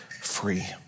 free